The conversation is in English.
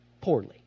Poorly